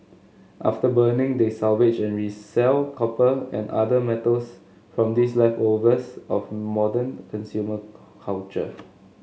after burning they salvage and resell copper and other metals from these leftovers of modern consumer culture